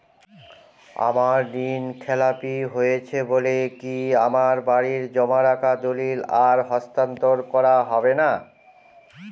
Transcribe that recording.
আমার ঋণ খেলাপি হয়েছে বলে কি আমার বাড়ির জমা রাখা দলিল আর হস্তান্তর করা হবে না?